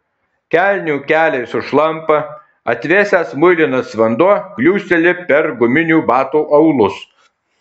kelnių keliai sušlampa atvėsęs muilinas vanduo kliūsteli per guminių batų aulus